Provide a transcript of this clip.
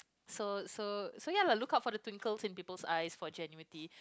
so so so ya lah look out for the twinkles in people's eyes for genuinity